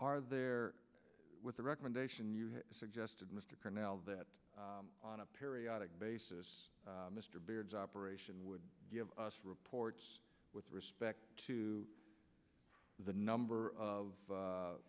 are there with the recommendation you suggested mr canal that on a periodic basis mr beard's operation would give us reports with respect to the number of